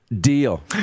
Deal